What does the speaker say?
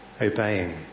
obeying